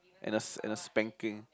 and a and a spanking